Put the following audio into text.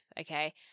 okay